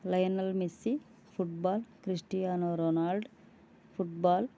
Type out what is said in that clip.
Lionel Messi football Cristiano Ronaldo football